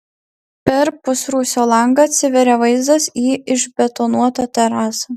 per pusrūsio langą atsiveria vaizdas į išbetonuotą terasą